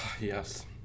Yes